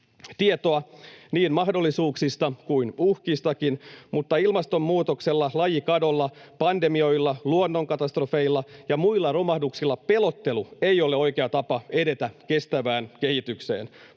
tietoa niin mahdollisuuksista kuin uhkistakin, mutta ilmastonmuutoksella, lajikadolla, pandemioilla, luonnonkatastrofeilla ja muilla romahduksilla pelottelu ei ole oikea tapa edetä kestävään kehitykseen.